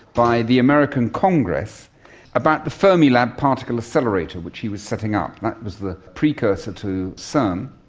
by the american congress about the fermilab particle accelerator which he was setting up. that was the precursor to cern.